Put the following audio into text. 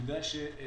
גם